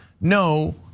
no